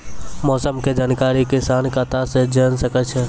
मौसम के जानकारी किसान कता सं जेन सके छै?